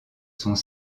sont